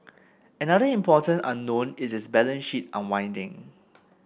another important unknown is its balance sheet unwinding